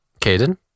Caden